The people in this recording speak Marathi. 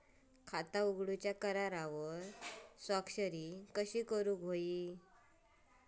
खाता उघडूच्या करारावर स्वाक्षरी कशी करूची हा?